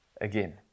again